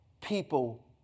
people